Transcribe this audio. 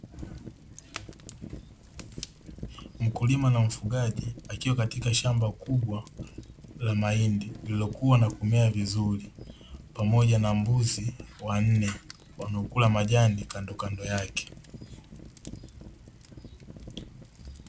Mkulima na mfugaji akiwa katika shamba kubwa la mahindi lililokua na kumea vizuri, pamoja na mbuzi wanne wanaokula majani kandikando yake.